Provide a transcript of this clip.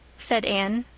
said anne.